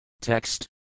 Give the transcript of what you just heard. Text